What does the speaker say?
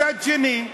מצד שני,